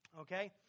Okay